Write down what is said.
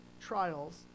trials